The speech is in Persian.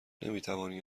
نمیتوانی